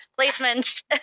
placements